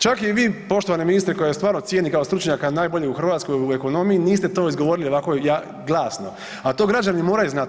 Čak i vi poštovani ministre kojeg vas stvarno cijenim kao stručnjaka najboljeg u Hrvatskoj u ekonomiji niste to izgovorili ovako glasno, a to građani moraju znati.